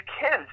kids